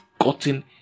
gotten